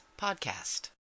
podcast